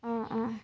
অঁ অঁ